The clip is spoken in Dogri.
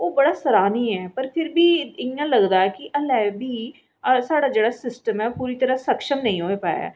ओह् बड़ा सराहनीय ऐ पर फिर बी इ'यां लगदा ऐ कि हल्ले बी साढ़ा जेह्ड़ा सिस्टम ऐ पूरी तरह् सक्षम नेईं होई पाया ऐ